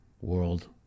world